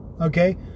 okay